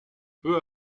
peu